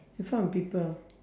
in front of people